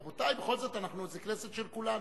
רבותי, בכל זאת זה כנסת של כולנו.